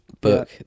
book